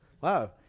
wow